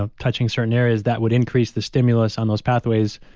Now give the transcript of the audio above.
ah touching certain areas, that would increase the stimulus on those pathways,